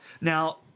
Now